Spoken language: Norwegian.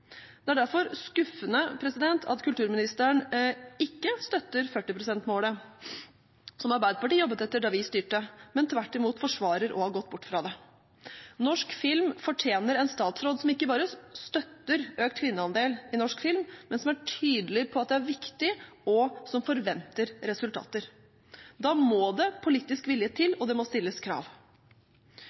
Det er derfor skuffende at kulturministeren ikke støtter 40 pst.-målet som Arbeiderpartiet jobbet etter da vi styrte, men tvert imot forsvarer å ha gått bort fra det. Norsk film fortjener en statsråd som ikke bare støtter økt kvinneandel i norsk film, men som er tydelig på at det er viktig, og som forventer resultater. Da må det politisk vilje til, og det må stilles krav.